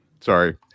sorry